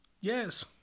Yes